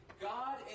God